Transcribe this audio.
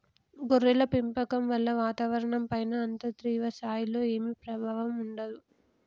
గొర్రెల పెంపకం వల్ల వాతావరణంపైన అంత తీవ్ర స్థాయిలో ఏమీ ప్రభావం ఉండదు